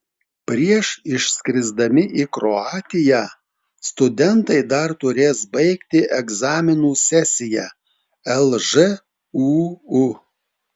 prieš išskrisdami į kroatiją studentai dar turės baigti egzaminų sesiją lžūu